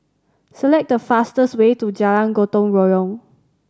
select the fastest way to Jalan Gotong Royong